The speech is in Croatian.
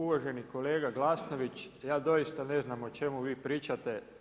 Uvaženi kolega Glasnović, ja doista ne znam o čemu vi pričate.